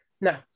No